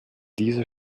diese